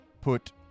Put